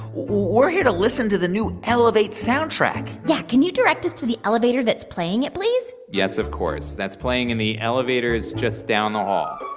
we're here to listen to the new elevates soundtrack yeah. can you direct us to the elevator that's playing it, please? yes, of course. that's playing in the elevators just down the hall.